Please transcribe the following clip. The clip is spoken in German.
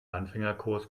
anfängerkurs